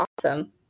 awesome